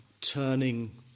turning